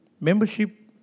Membership